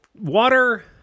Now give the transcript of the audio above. Water